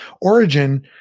origin